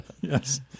Yes